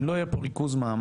אם לא יהיה ריכוז מאמץ,